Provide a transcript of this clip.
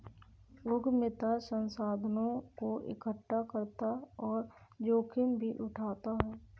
उद्यमिता संसाधनों को एकठ्ठा करता और जोखिम भी उठाता है